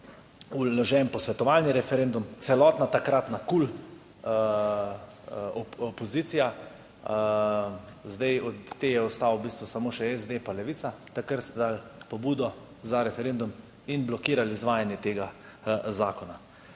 vložen posvetovalni referendum, celotna takratna KUL opozicija, zdaj sta od te ostala v bistvu samo še SD pa Levica. Takrat ste dali pobudo za referendum in blokirali izvajanje tega zakona.